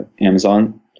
Amazon